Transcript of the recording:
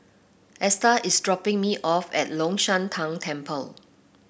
Esta is dropping me off at Long Shan Tang Temple